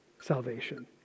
salvation